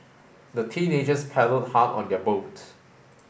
the teenagers paddled hard on their boat